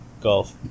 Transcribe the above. Golf